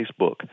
Facebook